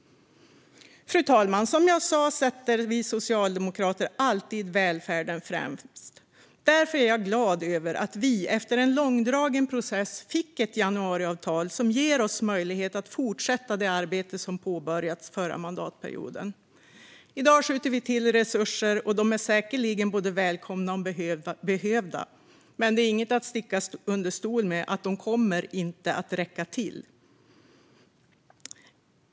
Fru talman! Som jag sa sätter vi socialdemokrater alltid välfärden främst. Därför är jag glad över att vi, efter en långdragen process, fick ett januariavtal som ger oss möjlighet att fortsätta det arbete vi påbörjade förra mandatperioden. I dag skjuter vi till resurser, och de är säkerligen både välkomna och behövda. Men det är inget att sticka under stol med att de inte kommer att räcka till.